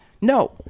no